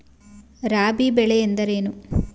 ರಾಬಿ ಬೆಳೆ ಎಂದರೇನು?